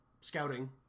scouting